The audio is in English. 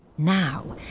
now,